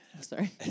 sorry